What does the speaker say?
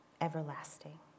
everlasting